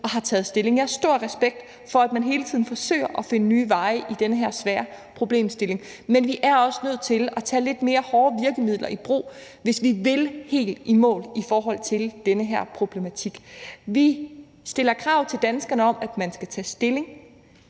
og har taget stilling. Jeg har stor respekt for, at man hele tiden forsøger at finde nye veje i den her svære problemstilling. Men vi er også nødt til at tage lidt mere hårde virkemidler i brug, hvis vi vil nå helt i mål i forhold til den her problematik. Vi stiller krav til danskerne om, at man skal tage stilling,